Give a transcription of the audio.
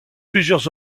plusieurs